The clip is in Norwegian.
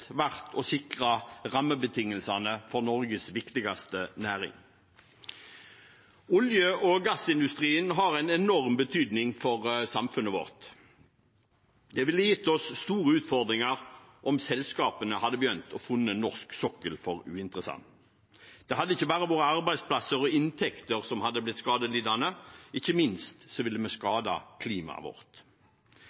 å sikre rammebetingelsene for Norges viktigste næring. Olje- og gassindustrien har en enorm betydning for samfunnet vårt. Det ville gitt oss store utfordringer om selskapene hadde begynt å finne norsk sokkel uinteressant. Det hadde ikke bare vært arbeidsplasser og inntekter som hadde blitt skadelidende; ikke minst ville vi